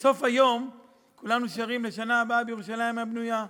ובסוף היום כולנו שרים: לשנה הבאה בירושלים הבנויה.